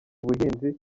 ubuhinzi